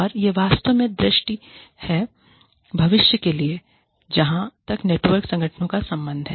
और यह वास्तव में दृष्टि है भविष्य के लिए जहां तक नेटवर्क संगठनों का संबंध है